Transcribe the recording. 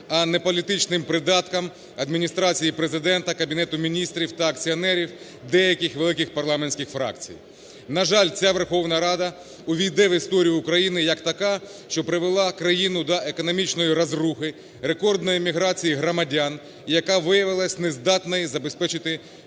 а не політичним придатком Адміністрації Президента, Кабінету Міністрів та акціонерів деяких великих парламентських фракцій. На жаль, ця Верховна Рада увійде в історію України як така, що привела країну до економічної розрухи, рекордної міграції громадян, яка виявилась нездатною забезпечити мир